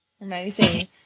Amazing